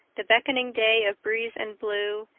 the beckoning day of breeze and blue,